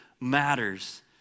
matters